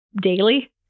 daily